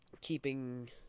keeping